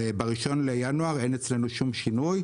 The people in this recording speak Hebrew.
ש-שימו לב ב-1 לינואר 2024 אין אצלנו שום שינוי,